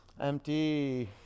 Empty